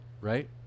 right